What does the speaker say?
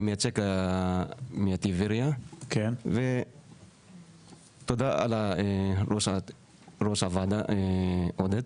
אני מייצג מטבריה, ותודה ראש הוועדה עודד.